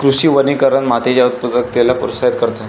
कृषी वनीकरण मातीच्या उत्पादकतेला प्रोत्साहित करते